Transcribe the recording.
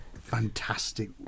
fantastic